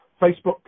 Facebook